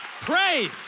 praise